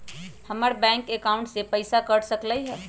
हमर bank account से पैसा कट सकलइ ह?